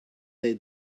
they